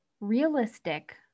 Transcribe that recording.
realistic